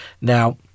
Now